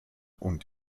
und